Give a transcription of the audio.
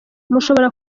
mushobora